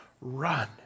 Run